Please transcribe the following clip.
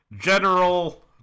General